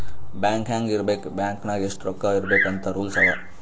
bank ಹ್ಯಾಂಗ್ ಇರ್ಬೇಕ್ bank ನಾಗ್ ಎಷ್ಟ ರೊಕ್ಕಾ ಇರ್ಬೇಕ್ ಅಂತ್ ರೂಲ್ಸ್ ಅವಾ